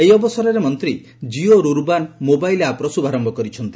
ଏହି ଅବସରରେ ମନ୍ତ୍ରୀ ଜିଓ ରୁର୍ବାନ୍ ମୋବାଇଲ୍ ଆପ୍ର ଶୁଭାରମ୍ଭ କରିଛନ୍ତି